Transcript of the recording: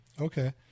Okay